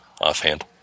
offhand